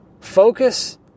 Focus